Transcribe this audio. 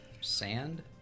sand